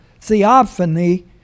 theophany